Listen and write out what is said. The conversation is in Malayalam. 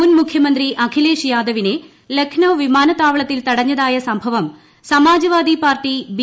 മുൻ മുഖ്യമന്ത്രി അഖിലേഷ് യാദവിനെ ലക്നൌ വിമാനത്താവളത്തിൽ തടഞ്ഞതായ സംഭവം സമാജ്വാദി പാർട്ടി ബി